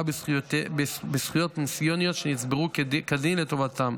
בזכויות פנסיוניות שנצברו כדין לטובתם.